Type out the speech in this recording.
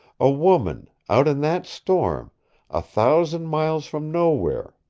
a woman out in that storm a thousand miles from nowhere!